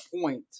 point